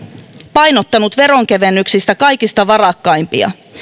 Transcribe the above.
painottanut veronkevennyksissä kaikista varakkaimpia